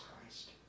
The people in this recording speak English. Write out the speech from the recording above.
Christ